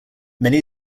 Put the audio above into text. many